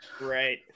Right